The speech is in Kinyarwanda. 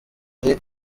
ari